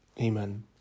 Amen